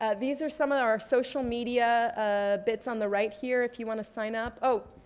ah these are some of our social media ah bits on the right here if you wanna sign up. oh,